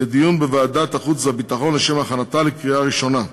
לדיון בוועדת החוץ והביטחון לשם הכנתה לקריאה ראשונה.